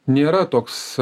nėra toks